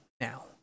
now